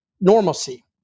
normalcy